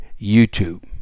YouTube